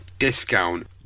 discount